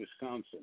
Wisconsin